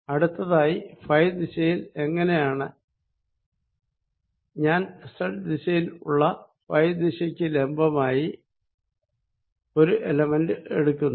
അടുത്തതായി ഫൈ ദിശയിൽ എങ്ങിനെയാണ് ഞാൻ സെഡ് ദിശയിൽ ഉള്ള ഫൈ ദിശക്ക് ലംബമായി ഒരു എലമെന്റ് എടുക്കുന്നു